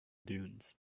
dunes